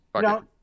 No